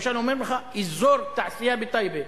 למשל אומרים לך: אזור התעשייה בטייבה.